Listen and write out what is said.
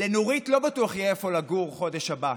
לנורית לא בטוח יהיה איפה לגור בחודש הבא,